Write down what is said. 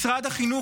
משרד החינוך,